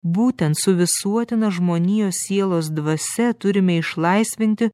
būtent su visuotina žmonijos sielos dvasia turime išlaisvinti